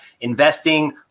investing